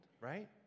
right